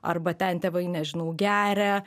arba ten tėvai nežinau geria